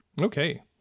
Okay